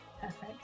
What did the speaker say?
perfect